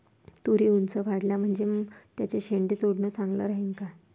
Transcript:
तुरी ऊंच वाढल्या म्हनजे त्याचे शेंडे तोडनं चांगलं राहीन का?